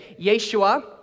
Yeshua